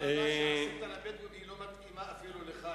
מה שעשית לבדואים היא לא מתאימה אפילו לך,